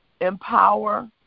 empower